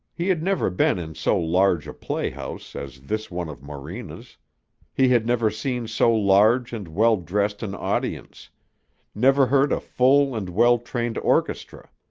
he had never been in so large a play-house as this one of morena's he had never seen so large and well-dressed an audience never heard a full and well-trained orchestra.